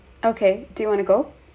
okay do you want to go